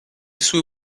sue